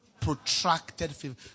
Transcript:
protracted